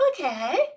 okay